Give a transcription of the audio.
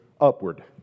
upward